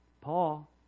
Paul